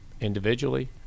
individually